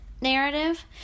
narrative